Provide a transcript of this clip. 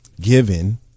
given